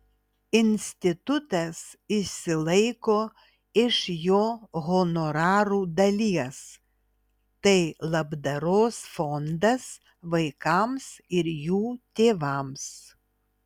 institutas išsilaiko iš jo honorarų dalies tai labdaros fondas vaikams ir jų tėvams